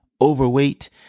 overweight